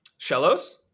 Shellos